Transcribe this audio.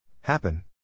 Happen